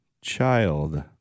child